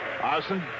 Arson